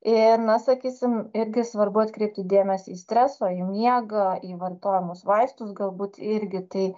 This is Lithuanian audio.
ir na sakysim irgi svarbu atkreipti dėmesį į streso į miegą į vartojamus vaistus galbūt irgi tai